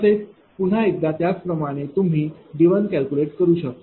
तसेच पुन्हा एकदा त्याचप्रकारे तुम्ही D कॅल्क्युलेट करू शकता